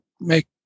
make